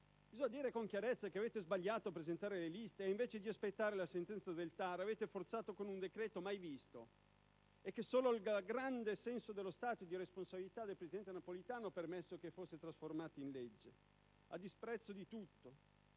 Bisogna dire con chiarezza che avete sbagliato a presentare le liste e, invece di aspettare la sentenza del TAR, avete forzato con un decreto mai visto, e che solo il grande senso dello Stato e di responsabilità del presidente Napolitano ha permesso che fosse trasformato in legge. Ma anche questo